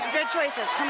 and good choices. come